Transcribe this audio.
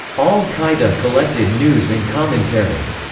al-qaeda collected news and commentary.